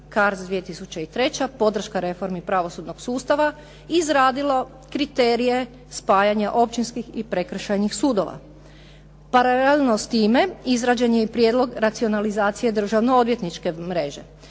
KARC 2003., podrška reformi pravosudnog sustava izradilo kriterije spajanje općinskih i prekršajnih sudova. Paralelno s time, izrađen je i prijedlog racionalizacije državno-odvjetničke mreže.